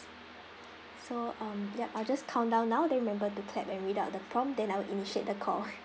so um yup I'll just countvdown now then remember to clap and read out the prompt then I'll initiate the call